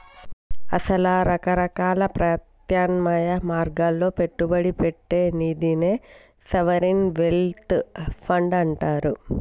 అసల రకరకాల ప్రత్యామ్నాయ మార్గాల్లో పెట్టుబడి పెట్టే నిదినే సావరిన్ వెల్త్ ఫండ్ అంటారు